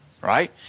right